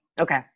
Okay